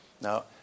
now